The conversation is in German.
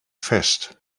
fest